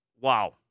wow